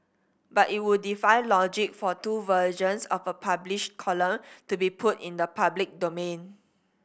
but it would defy logic for two versions of a published column to be put in the public domain